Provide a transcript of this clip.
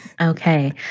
Okay